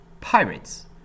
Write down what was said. Pirates